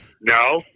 No